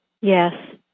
Yes